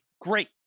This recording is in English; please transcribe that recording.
great